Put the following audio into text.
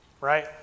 Right